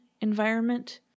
environment